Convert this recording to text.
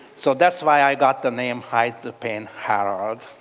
so that's why i got the name hide the pain harold.